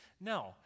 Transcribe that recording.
No